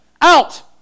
out